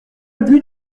ubu